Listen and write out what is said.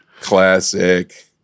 Classic